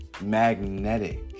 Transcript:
Magnetic